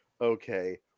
Okay